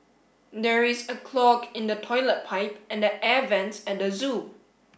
there is a clog in the toilet pipe and the air vents at the zoo